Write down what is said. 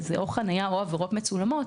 זה או חניה או עבירות מצולמות,